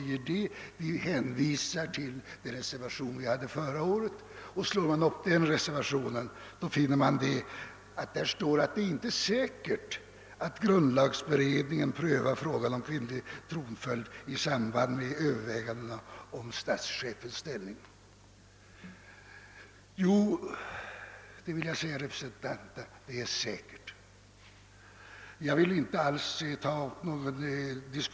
Jo, de hänvisar till den reservation i ärendet som avgavs bl.a. förra året och där det anfördes att det inte »är säkert» att grundlagberedningen prövar frågan om kvinnlig tronföljd i samband med sina överväganden om statschefens ställning. Jag vill då säga till reservanterna, att det är säkert att grundlagberedningen kommer att göra en sådan prövning.